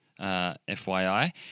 FYI